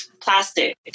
plastic